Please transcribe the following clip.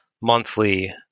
monthly